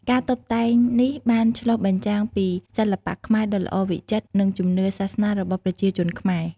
ការតុបតែងនេះបានឆ្លុះបញ្ចាំងពីសិល្បៈខ្មែរដ៏ល្អវិចិត្រ និងជំនឿសាសនារបស់ប្រជាជនខ្មែរ។